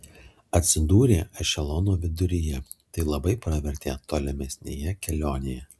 atsidūrė ešelono viduryje tai labai pravertė tolimesnėje kelionėje